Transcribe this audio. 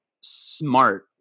smart